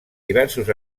diversos